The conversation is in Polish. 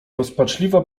rozpaczliwa